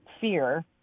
fear